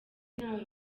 ntawe